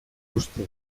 uste